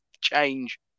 change